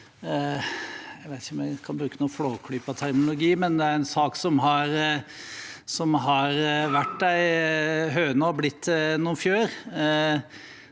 jeg vet ikke om en kan bruke Flåklypa-terminologi, men – en sak som har vært en høne og blitt til noen fjær.